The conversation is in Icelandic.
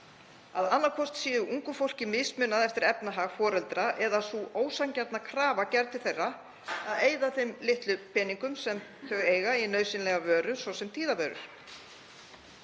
að annaðhvort sé ungu fólki mismunað eftir efnahag foreldra eða sú ósanngjarna krafa gerð til þeirra að eyða þeim litlu peningum sem þau eiga í nauðsynlega vöru, svo sem tíðavörur.